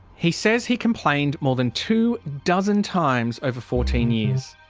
he says he complained more than two dozen times over fourteen years.